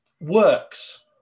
works